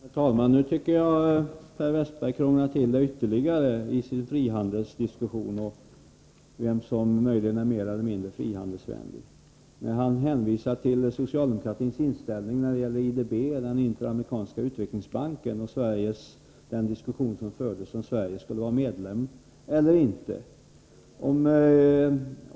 Herr talman! Nu tycker jag Per Westerberg krånglar till det ytterligare i sin frihandelsdiskussion om vem som möjligen är mer eller mindre frihandelsvänlig. Han hänvisar till socialdemokratins inställning till IDB, Interamerikanska utvecklingsbanken, och den diskussion som fördes om huruvida Sverige skulle vara medlem eller inte.